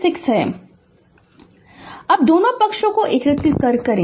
Refer Slide Time 0459 अब दोनों पक्षों को एकीकृत करें